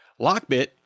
Lockbit